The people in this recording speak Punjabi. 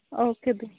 ਓਕੇ ਦੀਦੀ